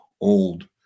old